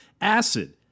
acid